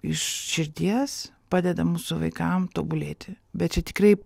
iš širdies padeda mūsų vaikam tobulėti bet čia tikrai